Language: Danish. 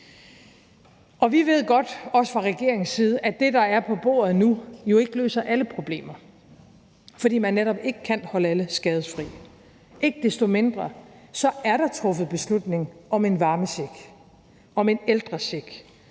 Og vi ved godt, også fra regeringens side, at det, der er på bordet nu, jo ikke løser alle problemer, for man kan netop ikke holde alle skadefri. Ikke desto mindre er der truffet beslutning om en varmecheck, en ældrecheck,